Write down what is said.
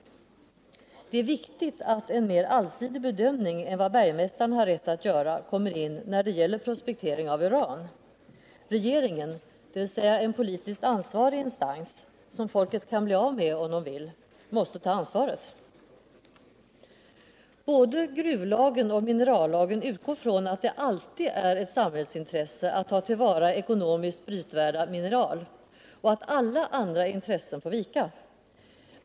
Det är viktigt att en mer allsidig bedömning än vad bergmästaren har rätt att göra kommer in när det gäller prospektering av uran. Regeringen, dvs. en politiskt ansvarig instans som folket kan bli av med om det vill, måste ta ansvaret. Både gruvlagen och minerallagen utgår från att det alltid är ett samhällsintresse att ta till vara ekonomiskt brytvärda mineral och att alla andra intressen får vika.